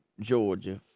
Georgia